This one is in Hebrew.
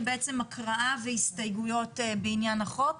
בעצם הקראה והסתייגויות בעניין החוק.